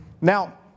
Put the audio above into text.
Now